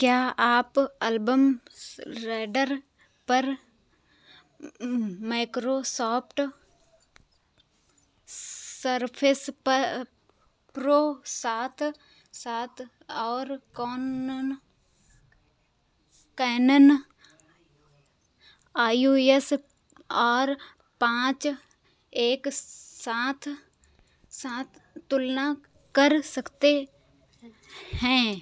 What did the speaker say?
क्या आप Urban Ladder पर माइक्रोसॉफ्ट सर सरफेस प्रो सात सात और कौनन Canon I U S R पाँच एक साथ साथ तुलना कर सकते हैं